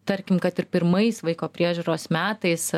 tarkim kad ir pirmais vaiko priežiūros metais